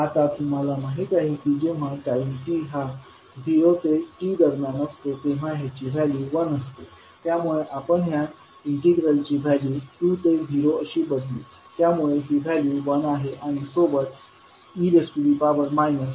आता तुम्हाला माहीत आहे की जेव्हा टाईम t हा झिरो ते t दरम्यान असतो तेव्हा ह्याची व्हॅल्यू 1 असते त्यामुळे आपण ह्या इंटीग्रलची व्हॅल्यू 2 ते झिरो अशी बदलू त्यामुळे ही व्हॅल्यू 1 आहे आणि सोबत e t d आहे